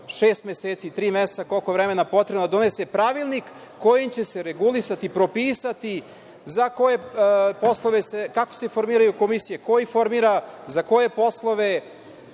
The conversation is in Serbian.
šest meseci, tri meseca, koliko vremena je potrebno da donese pravilnik, kojim će se regulisati, propisati, za koje poslove se, kako se formiraju komisije, ko ih formira, za koje poslove,